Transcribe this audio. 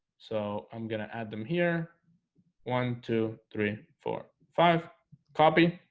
so i'm gonna add them here one two three four five copy